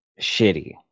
shitty